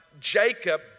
Jacob